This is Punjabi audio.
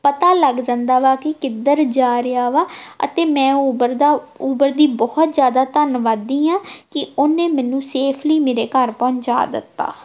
ਪਤਾ ਲੱਗ ਜਾਂਦਾ ਵਾ ਕਿ ਕਿੱਧਰ ਜਾ ਰਿਹਾ ਵਾ ਅਤੇ ਮੈਂ ਉਬਰ ਦਾ ਉਬਰ ਦੀ ਬਹੁਤ ਜ਼ਿਆਦਾ ਧੰਨਵਾਦੀ ਹਾਂ ਕਿ ਉਹਨੇ ਮੈਨੂੰ ਸੇਫਲੀ ਮੇਰੇ ਘਰ ਪਹੁੰਚਾ ਦਿੱਤਾ